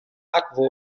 akvo